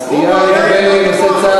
הסטייה היא מכל צד,